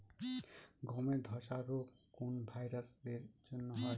গমের ধসা রোগ কোন ভাইরাস এর জন্য হয়?